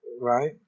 right